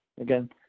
again